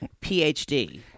PhD